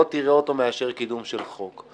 לא תראה אותו מאשר קידום של חוק.